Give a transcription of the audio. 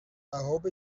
hope